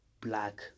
black